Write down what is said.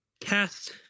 cast